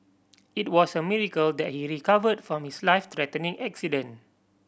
it was a miracle that he recovered from his life threatening accident